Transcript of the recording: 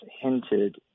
hinted